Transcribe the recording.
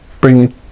bring